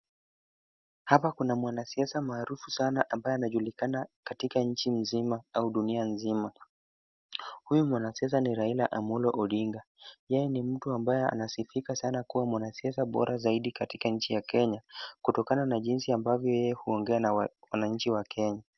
Hapa kuna mwanasiasa maarufu sana ambaye anajulikana katika nchi mzima au dunia mzima. Huyu mwanasiasa ni Raila Amollo Odinga. Ye ni mtu ambaye anasifika sana kuwa mwanasiasa bora zaidi katika nchi ya kenya kutokana na jinsi ambavyo yeye huongea na wananchi wa Kenya.